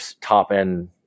top-end